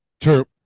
True